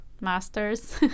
Masters